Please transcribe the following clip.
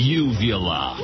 uvula